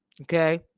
Okay